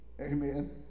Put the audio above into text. Amen